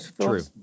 true